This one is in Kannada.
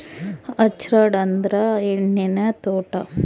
ಆರ್ಚರ್ಡ್ ಅಂದ್ರ ಹಣ್ಣಿನ ತೋಟ